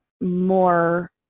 more